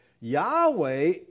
Yahweh